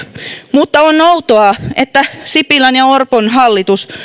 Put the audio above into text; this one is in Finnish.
mutta on outoa että sipilän ja orpon hallitus